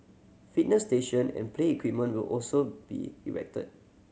fitness station and play equipment will also be erected